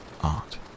Art